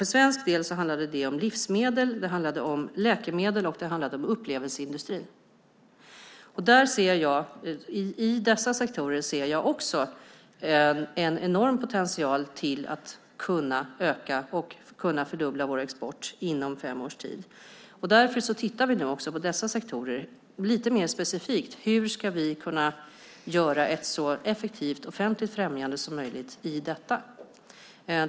För svensk del handlade det om livsmedel, läkemedel och upplevelseindustrin. I dessa sektorer ser jag också en enorm potential till att öka och fördubbla vår export inom fem års tid. Därför tittar vi nu också på dessa sektorer lite mer specifikt: Hur ska vi kunna göra ett så effektivt offentligt främjande som möjligt i detta?